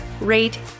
rate